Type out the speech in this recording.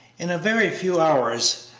in a very few hours,